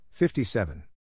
57